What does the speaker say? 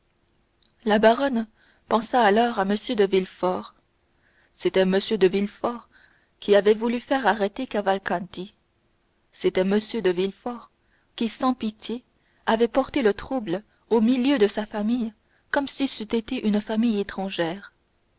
la baronne pensa alors à m de villefort c'était m de villefort qui avait voulu faire arrêter cavalcanti c'était m de villefort qui sans pitié avait porté le trouble au milieu de sa famille comme si c'eût été une famille étrangère